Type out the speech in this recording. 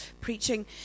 preaching